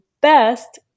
best